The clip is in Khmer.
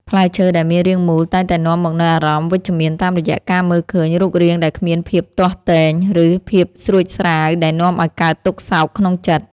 ផ្លែឈើដែលមានរាងមូលតែងតែនាំមកនូវអារម្មណ៍វិជ្ជមានតាមរយៈការមើលឃើញរូបរាងដែលគ្មានភាពទាស់ទែង ឬ ភាពស្រួចស្រាវដែលនាំឱ្យកើតទុក្ខសោកក្នុងចិត្ត។